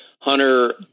Hunter